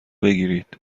بگیرید